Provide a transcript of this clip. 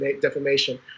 defamation